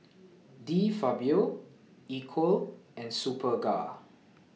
De Fabio Equal and Superga